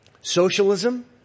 Socialism